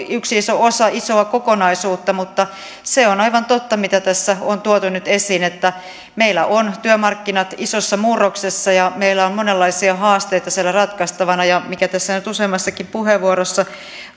yksi iso osa isoa kokonaisuutta mutta se on aivan totta mitä tässä on tuotu nyt esiin että meillä työmarkkinat ovat isossa murroksessa ja meillä on monenlaisia haasteita siellä ratkaistavana ja tässä nyt useammassakin puheenvuorossa